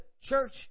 church